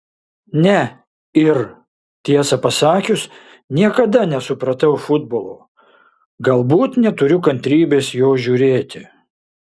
ne ir tiesą pasakius niekada nesupratau futbolo galbūt neturiu kantrybės jo žiūrėti